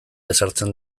ezartzen